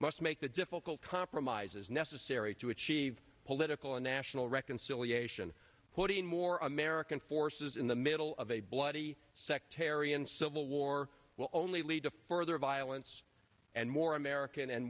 must make the difficult compromises necessary to achieve political and national reconciliation putting more american forces in the middle of a bloody sectarian civil war will only lead to further violence and more american and